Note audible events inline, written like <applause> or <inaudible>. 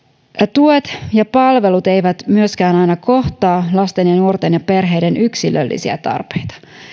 tuet <unintelligible> ja palvelut eivät myöskään aina kohtaa lasten ja nuorten ja perheiden yksilöllisiä tarpeita